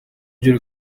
ry’i